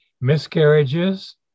miscarriages